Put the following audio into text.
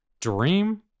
Dream